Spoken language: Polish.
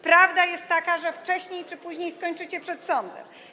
Prawda jest taka, że wcześniej czy później skończycie przed sądem.